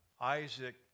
Isaac